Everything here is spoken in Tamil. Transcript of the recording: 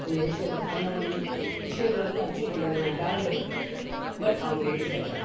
அந்த ஏஷியா கப் அந்தமாதிரி விஷயங்களை வந்து அச்சீவ் பண்ணுறதுதான் டேலண்ட் இருக்குது பட் அவங்க லேடிஸாக இருக்காங்க